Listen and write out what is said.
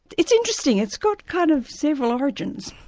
it's interesting, it's got kind of several origins.